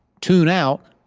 tune out,